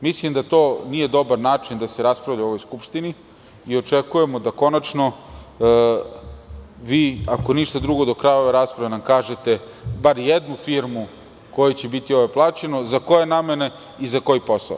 Mislim da to nije dobar način da se raspravlja u ovoj Skupštini i očekujemo da konačno vi, ako ništa drugo, do kraja ove rasprave nam kažete bar jednu firmu kojoj će biti plaćeno, za koje namene i za koji posao.